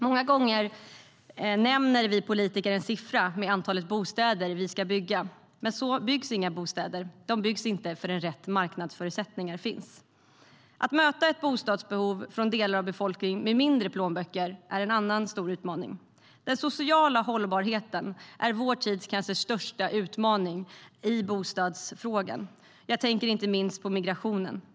Många gånger nämner vi politiker en siffra för antalet bostäder vi ska bygga. Men på det sättet byggs inga bostäder. De byggs inte förrän rätt marknadsförutsättningar finns. Att möta bostadsbehovet hos delar av befolkningen med mindre plånböcker är en annan stor utmaning. Den sociala hållbarheten är vår tids kanske största utmaning i bostadsfrågan. Jag tänker inte minst på migrationen.